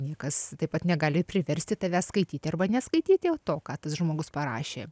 niekas taip pat negali priversti tave skaityti arba neskaityti jau to ką tas žmogus parašė